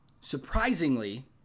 Surprisingly